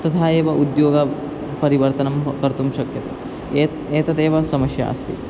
तथा एव उद्योगपरिवर्तनं कर्तुं शक्यते एत् एतदेव समस्या अस्ति